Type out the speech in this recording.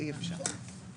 אני אבדוק וכבר אגיד.